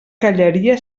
callaria